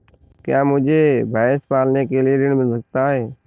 क्या मुझे भैंस पालने के लिए ऋण मिल सकता है?